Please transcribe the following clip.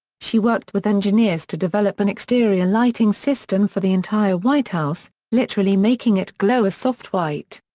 she worked with engineers to develop an exterior lighting system for the entire white house, literally making it glow a soft white.